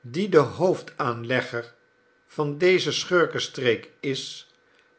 die de hoofdaanlegger van deze schurkenstreek is